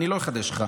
אני לא אחדש לך,